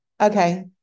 Okay